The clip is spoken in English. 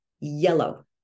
yellow